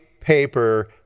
paper